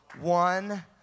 one